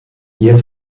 gier